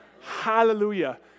Hallelujah